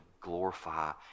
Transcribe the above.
glorify